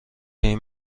این